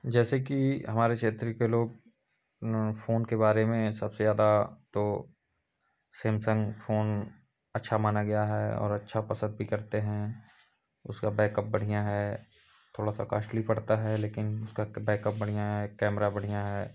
जैसे कि हमारी क्षेत्र के लोग फोन के बारे में सबसे ज़्यादा तो सेमसंग फोन अच्छा माना गया है और अच्छा पसद भी करते हैं उसका बैकअप बढ़िया है थोड़ा सा कॉस्ट्ली पड़ता है लेकिन उसका बैकअप बढ़िया है कैमरा बढ़िया है